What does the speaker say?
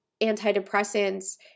antidepressants